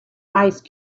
ice